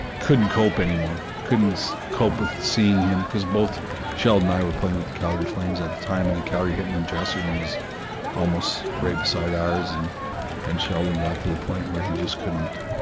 couldn't cope anymore, couldn't cope with seeing him, because both sheldon and i were playing with the calgary flames at the time and the calgary hitmen dressing room was almost right beside ours and and sheldon got to the point where he just couldn't,